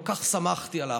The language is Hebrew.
כל כך שמחתי על האחדות.